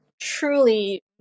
truly